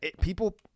people